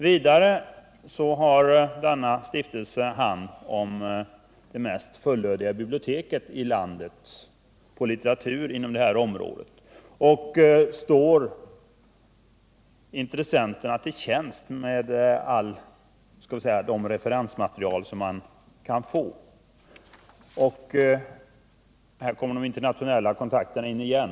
Vidare har stiftelsen bl.a. det mest fullödiga biblioteket i landet inom detta område och står intressenterna till tjänst med allt det referensmaterial som de behöver. I det sammanhanget kommer de internationella kontakterna in igen.